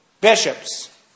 bishops